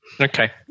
Okay